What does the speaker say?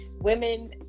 Women